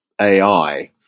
AI